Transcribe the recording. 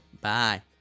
bye